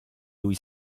lui